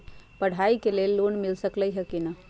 पढाई के लेल लोन मिल सकलई ह की?